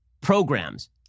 programs